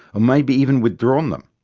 maybe even withdrawn them,